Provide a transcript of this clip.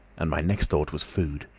and my next thought was food.